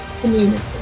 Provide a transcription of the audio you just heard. Community